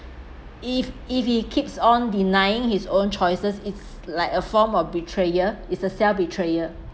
if if he keeps on denying his own choices it's like a form of betrayal is a self betrayal